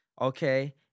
Okay